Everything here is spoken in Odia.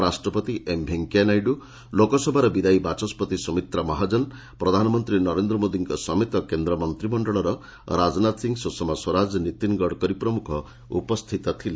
ଉପରାଷ୍ଟ୍ରପତି ଏମ୍ଭେଙ୍କିୟା ନାଇଡୁ ଲୋକସଭାର ବିଦାୟୀ ବାଚସ୍କତି ସୁମିତ୍ରା ମହାଜନ ପ୍ରଧାନମନ୍ତ୍ରୀ ନରେନ୍ଦ୍ର ମୋଦିଙ୍କ ସମେତ କେନ୍ଦ୍ର ମନ୍ତ୍ରିମଣ୍ଡଳର ରାଜନାଥ ସିଂ ସୁଷମା ସ୍ୱରାଜ ନୀତିନ ଗଡ଼କରୀ ପ୍ରମୁଖ ଉପସ୍ଥିତ ଥିଲେ